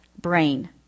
brain